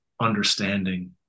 understanding